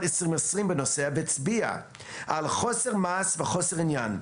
2020 והצביעה על חוסר מעש וחוסר עניין.